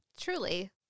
Truly